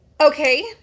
Okay